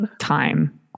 time